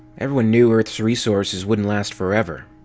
everyone knew earth's resources wouldn't last forever.